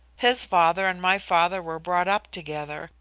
his father and my father were brought up together.